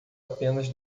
apenas